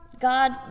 God